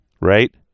Right